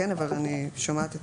אבל אני שומעת את מה שאתה אומר.